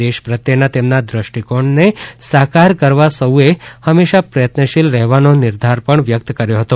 દેશ પ્રત્યેના તેમના દર્ષ્ટિકોણને સાકાર કરવા સૌએ હંમેશા પ્રયત્નશીલ રહેવાનો નિર્ધાર પણ વ્યક્ત કર્યો હતો